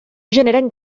generen